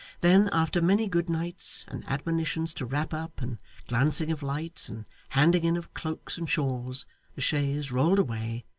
then, after many good nights, and admonitions to wrap up, and glancing of lights, and handing in of cloaks and shawls, the chaise rolled away,